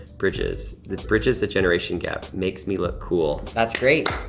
bridges, this bridges the generation gap, makes me look cool. that's great.